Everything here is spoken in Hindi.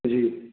जी